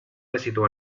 esito